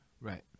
Right